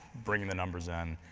bringing the numbers in,